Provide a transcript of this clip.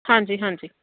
ਹਾਂਜੀ ਹਾਂਜੀ